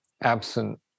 absent